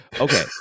Okay